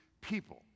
people